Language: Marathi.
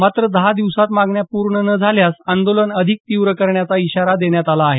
मात्र दहा दिवसांत मागण्या पूर्ण न झाल्यास आंदोलन अधिक तीव्र करण्याचा इशारा देण्यात आला आहे